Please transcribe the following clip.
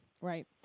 right